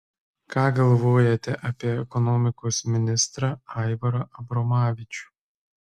ką galvojate apie ekonomikos ministrą aivarą abromavičių